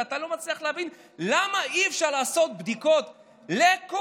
ואתה לא מצליח להבין למה אי-אפשר לעשות בדיקות לכולם,